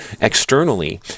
externally